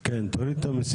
לא,